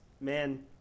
man